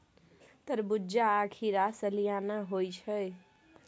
तरबूज्जा आ खीरा सलियाना होइ छै